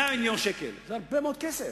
100 מיליון שקל זה הרבה מאוד כסף,